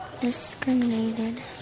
Discriminated